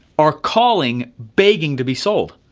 are calling begging to be sold.